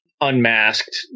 unmasked